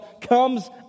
comes